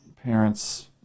Parents